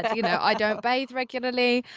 yeah you know, i don't bathe regularly,